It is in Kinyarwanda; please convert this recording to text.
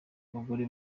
abagore